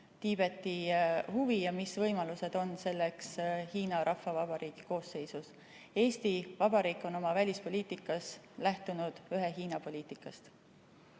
Tiibeti huvi ja mis võimalused on selleks Hiina Rahvavabariigi koosseisus. Eesti Vabariik on oma välispoliitikas lähtunud ühe Hiina poliitikast.